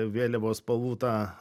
vėliavos spalvų tą